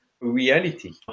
reality